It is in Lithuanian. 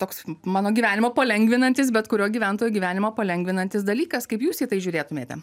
toks mano gyvenimo palengvinantis bet kurio gyventojo gyvenimą palengvinantis dalykas kaip jūs į tai žiūrėtumėte